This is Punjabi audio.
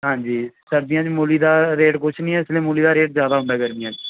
ਹਾਂਜੀ ਸਰਦੀਆਂ 'ਚ ਮੂਲੀ ਦਾ ਰੇਟ ਕੁਛ ਨਹੀਂ ਹੈ ਇਸ ਲਈ ਮੂਲੀ ਦਾ ਰੇਟ ਜ਼ਿਆਦਾ ਹੁੰਦਾ ਗਰਮੀਆਂ 'ਚ